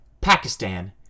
Pakistan